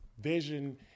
vision